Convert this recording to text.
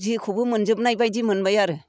जेखौबो मोनजोबनाय बायदि मोनबाय आरो